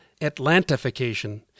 atlantification